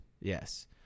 Yes